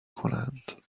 کنند